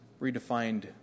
redefined